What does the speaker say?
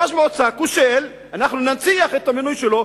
ראש מועצה כושל מנציח את המינוי שלו,